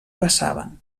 passaven